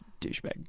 douchebag